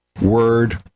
Word